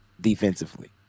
defensively